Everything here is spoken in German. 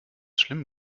schlimm